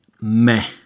meh